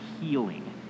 healing